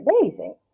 amazing